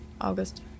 August